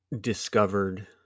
discovered